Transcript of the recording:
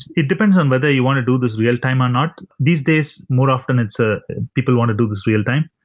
it depends on whether you want to do this real time or not. these days, more often it's ah people want to do this real-time.